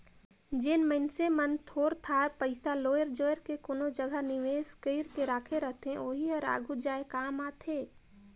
जेन मइनसे मन थोर थार पइसा लोएर जोएर के कोनो जगहा निवेस कइर के राखे रहथे ओही हर आघु जाए काम आथे